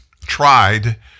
tried